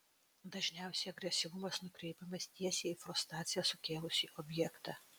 dažniausiai agresyvumas nukreipiamas tiesiai į frustraciją sukėlusį objektą